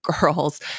girls